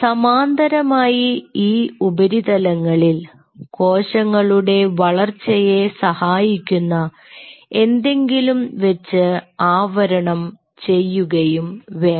സമാന്തരമായി ഈ ഉപരിതലങ്ങളിൽ കോശങ്ങളുടെ വളർച്ചയെ സഹായിക്കുന്ന എന്തെങ്കിലും വെച്ച് ആവരണം ചെയ്യുകയും വേണം